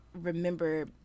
remember